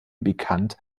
bekannt